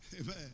Amen